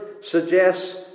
suggests